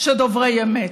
שדוברי אמת.